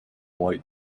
white